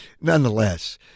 nonetheless